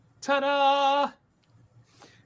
ta-da